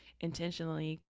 intentionally